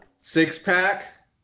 Six-pack